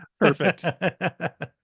perfect